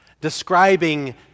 describing